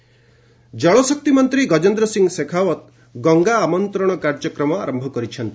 ଗଙ୍ଗା ଜଳଶକ୍ତି ମନ୍ତ୍ରୀ ଗଜେନ୍ଦ୍ର ସିଂହ ଶେଖାଓ୍ୱତ୍ ଗଙ୍ଗା ଆମନ୍ତ୍ରଣ କାର୍ଯ୍ୟକ୍ରମ ଆରମ୍ଭ କରିଛନ୍ତି